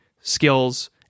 skills